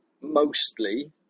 Mostly